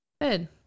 Good